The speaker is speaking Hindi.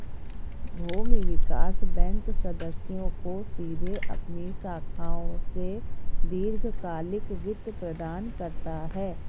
भूमि विकास बैंक सदस्यों को सीधे अपनी शाखाओं से दीर्घकालिक वित्त प्रदान करता है